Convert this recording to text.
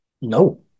No